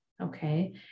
okay